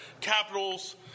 capitals